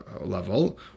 level